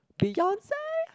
Beyonce